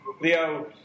Leo